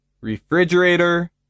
Refrigerator